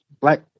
black